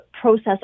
process